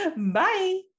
Bye